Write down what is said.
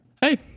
Hey